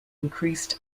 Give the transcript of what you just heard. increased